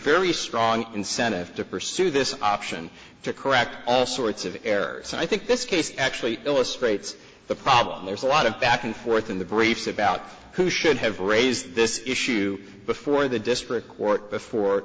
very strong incentive to pursue this option to crack all sorts of areas and i think this case actually illustrates the problem there's a lot of back and forth in the briefs about who should have raised this issue before the district court before